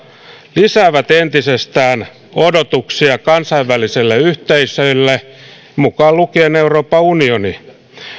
lisäävät entisestään odotuksia kansainvälisille yhteisöille mukaan lukien euroopan unioni